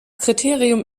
kriterium